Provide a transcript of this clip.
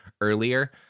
earlier